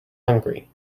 hungry